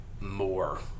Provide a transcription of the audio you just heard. more